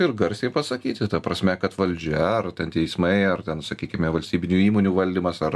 ir garsiai pasakyti ta prasme kad valdžia ar ten teismai ar ten sakykime valstybinių įmonių valdymas ar